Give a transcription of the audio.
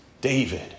David